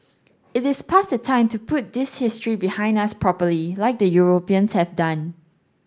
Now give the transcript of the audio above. it is past the time to put this history behind us properly like the Europeans have done